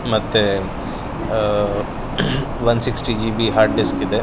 ಮತ್ತೆ one sixty G B hard ಡಿಸ್ಕಿದೆ